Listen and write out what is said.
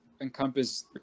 encompass